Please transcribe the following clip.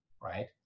right